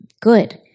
good